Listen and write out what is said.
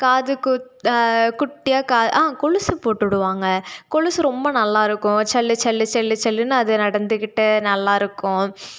காது குத் குட்டியாக காது கொலுசு போட்டுவிடுவாங்க கொலுசு ரொம்ப நல்லா இருக்கும் சல்லு சல்லு சல்லு சல்லுன்னு அது நடந்துக்கிட்டு நல்லா இருக்கும்